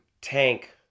tank